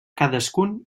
cadascun